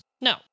No